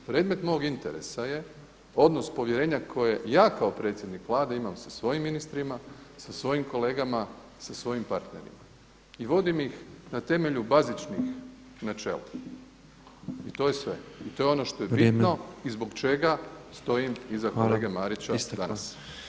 Predmet mog interesa je odnos povjerenja koje ja kao predsjednik Vlade imam sa svojim ministrima, sa svojim kolegama, sa svojim partnerima i vodim ih na temelju bazičnih načela i to je sve i to je [[Upadica Petrov: Vrijeme.]] ono što je bitno i zbog čega stojim iza kolege Marića danas.